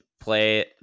play